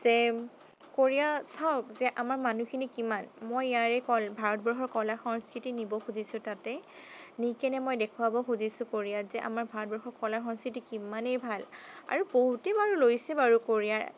যে কোৰিয়াত চাওঁক যে আমাৰ মানুহখিনি কিমান মই ইয়াৰে ভাৰতবৰ্ষৰ কলা সংস্কৃতি নিব খুজিছোঁ তাতে নিকেনে মই দেখুৱাব খুজিছোঁ কোৰিয়াত যে আমাৰ ভাৰতবৰ্ষৰ কলা সংস্কৃতি কিমানেই ভাল আৰু বহুতেই বাৰু লৈছে বাৰু কোৰিয়াৰ